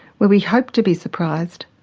where we hope to be surprised,